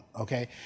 okay